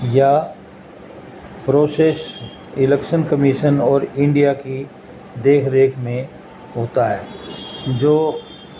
یا process election commission اور India کی دیکھ ریکھ میں ہوتا ہے جو